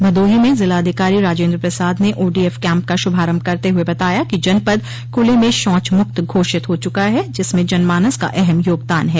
भदोही में जिलाधिकारी राजेन्द्र प्रसाद ने ओडीएफ कैम्प का शुभारम्भ करते हुए बताया कि जनपद खुले में शौच मुक्त घोषित हो चुका है जिसमें जन मानस का अहम योगदान ह